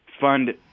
fund